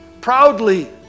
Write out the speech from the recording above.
proudly